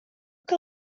que